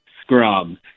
scrum